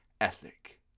ethic